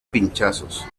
pinchazos